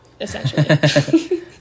essentially